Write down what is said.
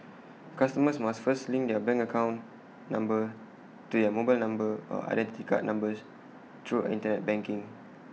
customers must first link their bank account number to their mobile number or Identity Card numbers through Internet banking